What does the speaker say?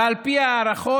ועל פי ההערכות,